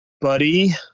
buddy